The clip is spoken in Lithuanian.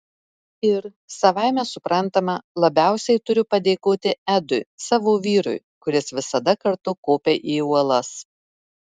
ir savaime suprantama labiausiai turiu padėkoti edui savo vyrui kuris visad kartu kopia į uolas